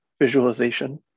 visualization